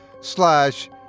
slash